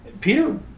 Peter